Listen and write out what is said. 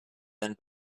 than